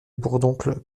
bourdoncle